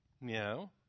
No